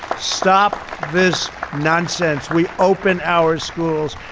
stop this nonsense. we open our schools.